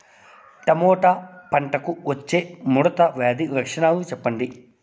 Tomato పంటకు వచ్చే ముడత వ్యాధి లక్షణాలు చెప్పండి?